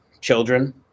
children